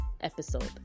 episode